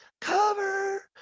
Cover